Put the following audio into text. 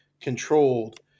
controlled